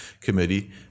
Committee